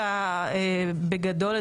בגדול,